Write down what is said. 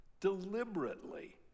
deliberately